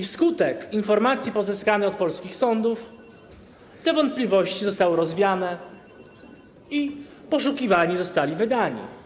Wskutek informacji pozyskanych od polskich sądów te wątpliwości zostały rozwiane i poszukiwani zostali wydani.